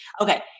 Okay